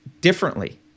differently